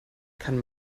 kann